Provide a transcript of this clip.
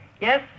Yes